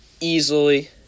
easily